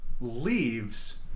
leaves